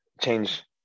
change